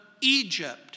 Egypt